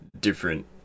different